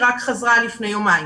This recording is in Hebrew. היא חזרה רק לפני יומיים,